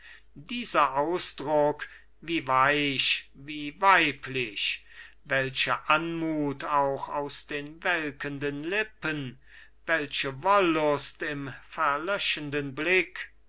dieser ausdruck wie weich wie weiblich welche anmut auch aus den welkenden lippen welche wollust im verlöschenden blick